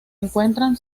encuentran